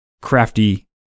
crafty